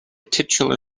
titular